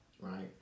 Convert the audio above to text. right